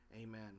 Amen